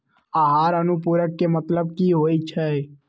आहार अनुपूरक के मतलब की होइ छई?